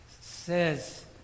says